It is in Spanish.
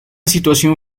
situación